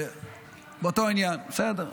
באותו עניין, בסדר.